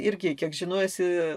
irgi kiek žinau esi